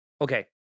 Okay